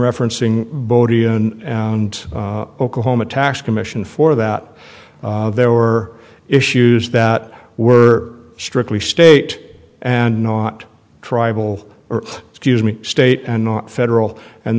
referencing bodie and oklahoma tax commission for that there were issues that were strictly state and not tribal or excuse me state and federal and